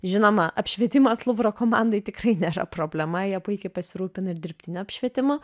žinoma apšvietimas luvro komandai tikrai nėra problema jie puikiai pasirūpina ir dirbtiniu apšvietimu